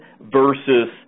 versus